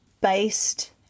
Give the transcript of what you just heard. based